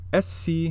SC